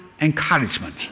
encouragement